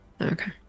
Okay